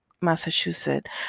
Massachusetts